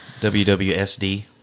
WWSD